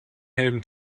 helm